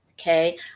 Okay